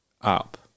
up